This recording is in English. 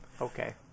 Okay